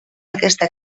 aquesta